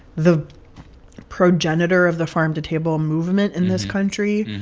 the progenitor of the farm-to-table movement in this country.